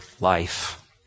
life